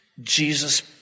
Jesus